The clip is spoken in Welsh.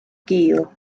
gul